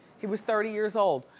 he was thirty years old.